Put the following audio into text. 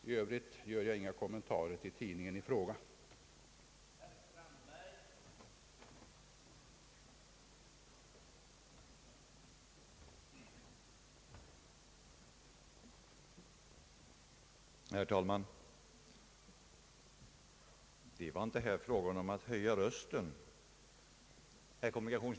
I övrigt gör jag inga kommentarer till vad tidningen i fråga har skrivit.